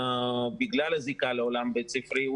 בגלל הזיקה לעולם הבית ספרי,